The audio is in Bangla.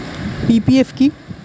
পি.পি.এফ কি?